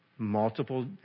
multiple